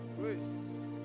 Grace